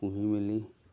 পুহি মেলি